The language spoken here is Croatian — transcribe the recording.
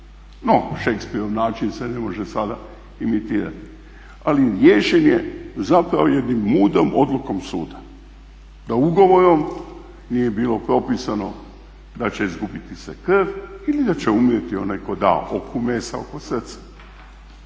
No, Shakespearov način se ne može sada imitirati, ali riješen je zapravo jednom mudrom odlukom suda da ugovorom nije bilo propisano da će izgubiti se krv ili da će umrijeti onaj … mesa oko srca.